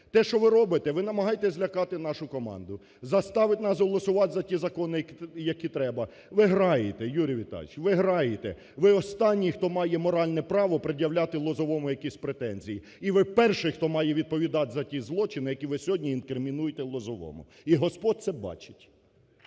Те, що ви робите, ви намагаєтесь злякати нашу команду, заставити нас голосувати за ті закони, які треба. Ви граєте, Юрій Віталійович, ви граєте. Ви останній, хто має моральне право пред'являти Лозовому якісь претензії і ви перший, хто має відповідати за ті злочини, які ви сьогодні інкримінуєте Лозовому, і Господь це бачить.